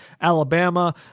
Alabama